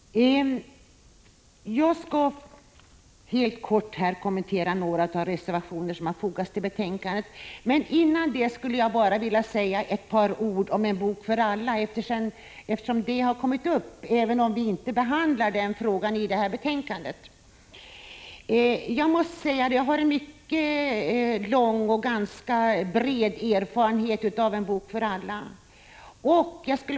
Jag skall helt kort kommentera några av de reservationer som fogats till betänkandet. Dessförinnan skulle jag vilja säga ett par ord om En bok för alla, eftersom frågan kommit upp här även om den inte behandlas i detta betänkande. Jag har en mycket lång och ganska bred erfarenhet av En bok för alla.